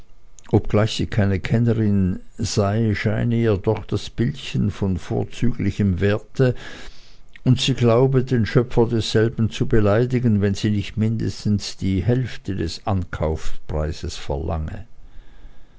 obgleich sie keine kennerin sei scheine ihr doch das bildchen von vorzüglichem werte und sie glaube den schöpfer desselben zu beleidigen wenn sie nicht mindestens die hälfte des ankaufspreises verlange